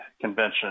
Convention